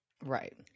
right